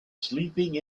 sleeping